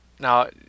Now